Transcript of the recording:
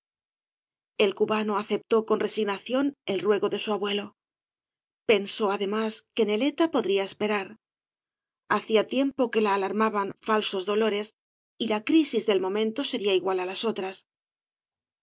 el cubano aceptó con resignación el ruego de su abuelo pensó además que neleta podría esperar hacía tiempo que la alarmaban falsos do cañas y barro lores y la crisis del momento seria igual á las otras